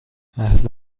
اهل